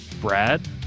Brad